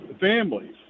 families